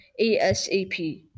ASAP